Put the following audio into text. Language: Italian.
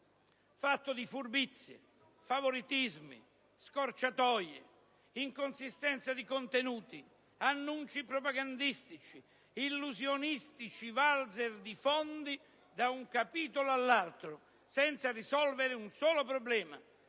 fatto di furbizie, favoritismi, scorciatoie, inconsistenza di contenuti, annunci propagandistici, illusionistici valzer di fondi da un capitolo all'altro, senza risolvere un solo problema,